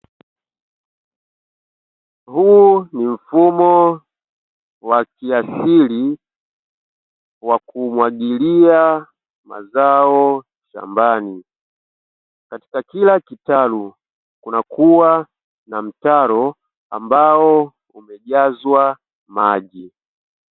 Huu ni mfumo wa kiasili wa kumwagilia mazao shambani, katika kila kitalu kunakuwa na mtaro ambao umejazwa maji.